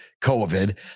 COVID